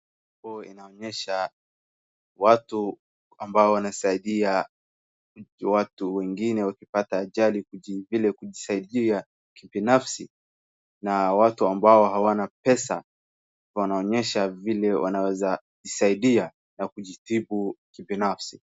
Hapo inaonyesha watu ambao wanasaidia watu wengine wakipata ajali vile kujisaidia kibinafsi na kwa watu ambao hawana pesa wanaonyesha vile wanaweza kujisaidia na kujitubi kibinafsi.